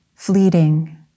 fleeting